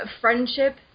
friendship